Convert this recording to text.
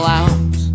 out